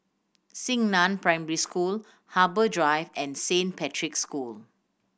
Xingnan Primary School Harbour Drive and Saint Patrick's School